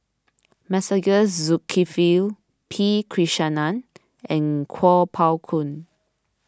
Masagos Zulkifli P Krishnan and Kuo Pao Kun